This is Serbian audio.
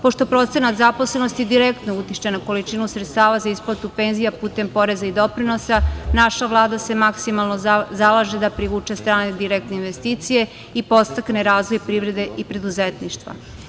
Pošto procenat zaposlenosti direktno utiče na količinu sredstava za isplatu penzija putem poreza i doprinosa, naša Vlada se maksimalno zalaže da privuče strane direktne investicije i podstakne razvoj privrede i preduzetništva.